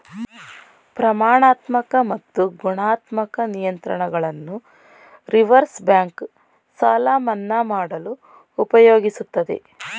ಪ್ರಮಾಣಾತ್ಮಕ ಮತ್ತು ಗುಣಾತ್ಮಕ ನಿಯಂತ್ರಣಗಳನ್ನು ರಿವರ್ಸ್ ಬ್ಯಾಂಕ್ ಸಾಲ ಮನ್ನಾ ಮಾಡಲು ಉಪಯೋಗಿಸುತ್ತದೆ